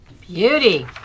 Beauty